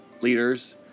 leaders